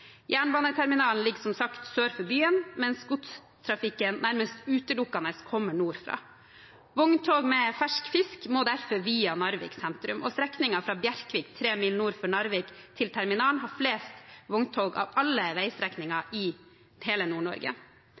Jernbaneterminalen ligger som sagt sør for byen, mens godstrafikken nærmest utelukkende kommer nordfra. Vogntog med fersk fisk må derfor via Narvik sentrum, og strekningen fra Bjerkvik, 3 mil nord for Narvik, til terminalen har flest vogntog av alle veistrekninger i hele